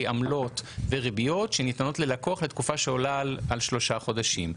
עמלות וריביות שניתנות ללקוח לתקופה שעולה על שלושה חודשים.